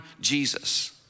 Jesus